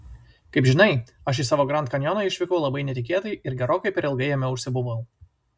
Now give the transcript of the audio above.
kaip žinai aš į savo grand kanjoną išvykau labai netikėtai ir gerokai per ilgai jame užsibuvau